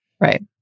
Right